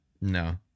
no